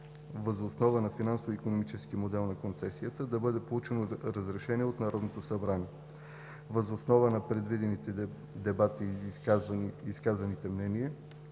въз основа на финансово икономическия модел на концесията, да бъде получено разрешение от Народното събрание. Въз основа на проведените дебати и мненията,